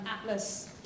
Atlas